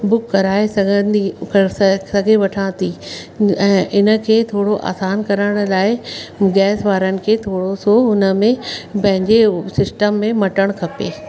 book कराए सघंदी कर सघ सघे वठां थी ऐं हिनखे थोरो आसान करण लाइ गैस वारनि खे थोरोसो हुन में पंहिंजे सिस्टम में मटणु खपे